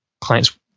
clients